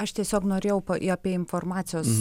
aš tiesiog norėjau pa apie informacijos